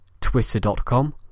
twitter.com